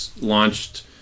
launched